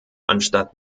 anstatt